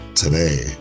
today